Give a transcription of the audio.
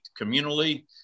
communally